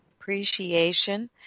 Appreciation